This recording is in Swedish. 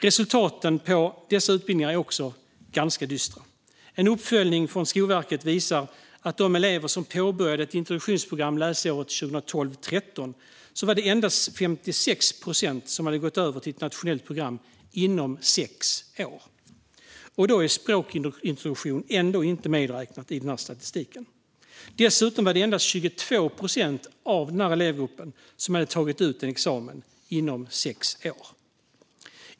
Resultaten för dessa utbildningar är ganska dystra. En uppföljning av Skolverket visar att av de elever som påbörjade ett introduktionsprogram läsåret 2012/13 var det endast 56 procent som hade gått över till ett nationellt program inom sex år - och då är språkintroduktion inte medräknad i statistiken. Dessutom var det endast 22 procent av den här gruppen elever som hade tagit ut en examen inom sex år.